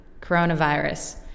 coronavirus